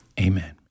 Amen